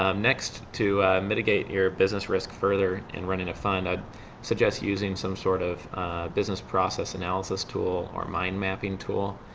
um next, to mitigate your business risk further in a running a fund, i suggest using some sort of business process analysis tool or mind-mapping tool.